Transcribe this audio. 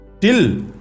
till